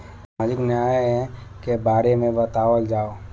सामाजिक न्याय के बारे में बतावल जाव?